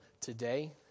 today